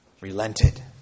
relented